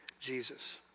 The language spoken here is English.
Jesus